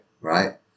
Right